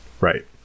right